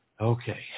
okay